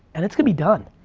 and it's gonna be done.